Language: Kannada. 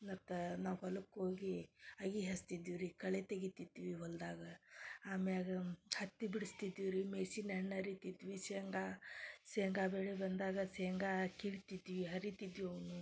ಮತ್ತು ನಾವು ಹೊಲಕ್ಕೆ ಹೋಗಿ ಅಗಿ ಹಚ್ತಿದ್ವಿ ರೀ ಕಳೆ ತೆಗೀತಿದ್ವಿ ಹೊಲದಾಗ ಆಮ್ಯಾಲ ಹತ್ತಿ ಬಿಡಿಸ್ತಿದ್ವಿ ರೀ ಮೆಸಿನ್ ಎಣ್ಣೆ ಹರೀತಿದ್ವಿ ಶೇಂಗಾ ಶೇಂಗಾ ಬೆಳೆ ಬಂದಾಗ ಶೇಂಗಾ ಕೀಳ್ತಿದ್ವಿ ಹರೀತಿದ್ವಿ ಅವನ್ನು